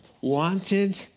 wanted